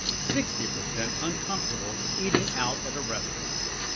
sixty percent uncomfortable eating out at a restaurant.